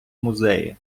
музеї